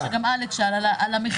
שגם אלכס שאל על המחיר.